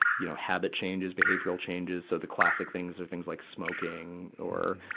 you know, habit changes, behavioral changes. so the classis things are things like smoking or,